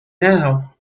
now